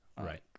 Right